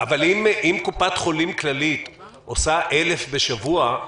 אם קופת חולים כללית עושה 1,000 בדיקות בשבוע,